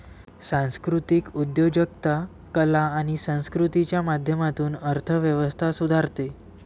सांस्कृतिक उद्योजकता कला आणि संस्कृतीच्या माध्यमातून अर्थ व्यवस्था सुधारते